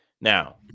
Now